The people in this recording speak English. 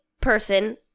person